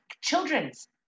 Children's